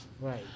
Right